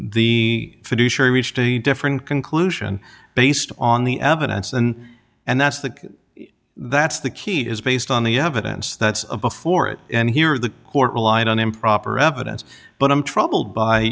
a different conclusion based on the evidence and and that's the that's the key is based on the evidence that's before it and here the court relied on improper evidence but i'm troubled by